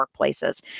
workplaces